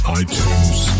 iTunes